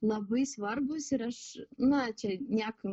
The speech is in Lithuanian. labai svarbūs ir aš na čia niekam